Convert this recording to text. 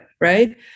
Right